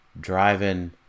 driving